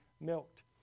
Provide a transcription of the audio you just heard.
milked